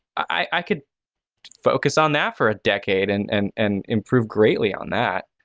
i could focus on that for a decade and and and improve greatly on that.